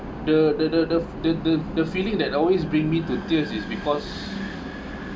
the the the the the the the feeling that always bring me to tears is because